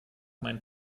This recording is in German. mein